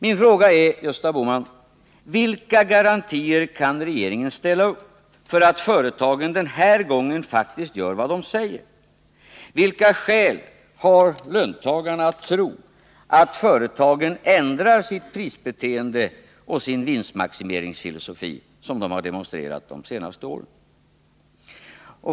Mina frågor är, Gösta Bohman: Vilka garantier kan regeringen ställa upp för att företagen den här gången faktiskt gör vad de säger? Vilka skäl har löntagarna att tro att företagen ändrar sitt prisbeteende och sin vinstmaximeringsfilosofi, som de har demonstrerat de senaste åren?